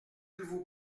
vous